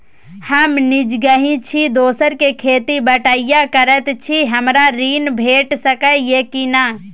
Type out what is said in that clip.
हम निजगही छी, दोसर के खेत बटईया करैत छी, हमरा ऋण भेट सकै ये कि नय?